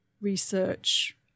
research